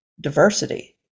diversity